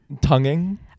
Tonguing